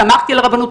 סמכתי על הרבנות,